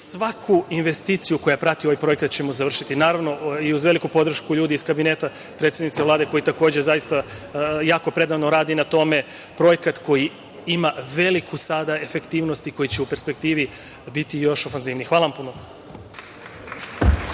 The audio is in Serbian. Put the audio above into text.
svaku investiciju koja prati ovaj projekat ćemo završiti. Naravno i uz veliku podršku ljudi iz Kabineta predsednice Vlade, koji takođe predano radi na tome, projekat koji ima veliku sada efektivnost i koji će u perspektivi biti još ofanzivniji. Hvala vam puno.